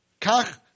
Kach